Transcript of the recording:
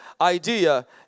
idea